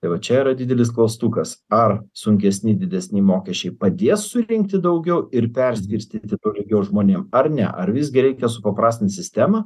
tai va čia yra didelis klaustukas ar sunkesni didesni mokesčiai padės surinkti daugiau ir perskirstyti tolygiau žmonėm ar ne ar visgi reikia supaprastint sistemą